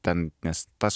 ten nes tas